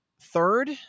third